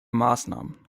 maßnahmen